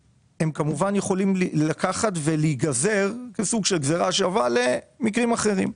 יכולים להיגזר כסוג של גזירה שווה למקרים אחרים,